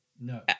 No